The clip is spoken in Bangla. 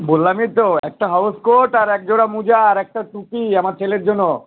বললামই তো একটা হাউসকোট আর এক জোড়া মোজা আর একটা টুপি আমার ছেলের জন্য